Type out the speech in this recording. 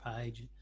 page